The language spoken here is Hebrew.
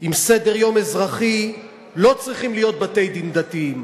עם סדר-יום אזרחי לא צריכים להיות בתי-דין דתיים.